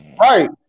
Right